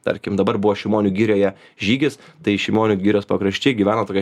tarkim dabar buvo šimonių girioje žygis tai šimonių girios pakraščiai gyveno tokia